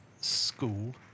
school